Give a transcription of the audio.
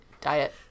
diet